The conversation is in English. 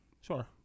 sure